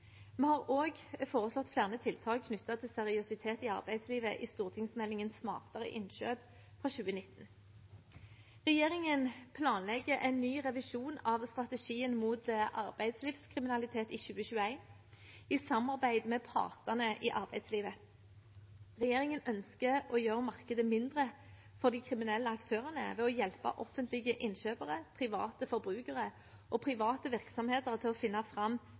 Vi har også foreslått flere tiltak knyttet til seriøsitet i arbeidslivet i stortingsmeldingen Smartere innkjøp fra 2019. Regjeringen planlegger en ny revisjon av strategien mot arbeidslivskriminalitet i 2021, i samarbeid med partene i arbeidslivet. Regjeringen ønsker å gjøre markedet mindre for de kriminelle aktørene ved å hjelpe offentlige innkjøpere, private forbrukere og private virksomheter til å finne fram